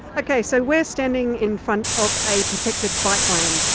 okay, so we are standing in front of a protected bike lane.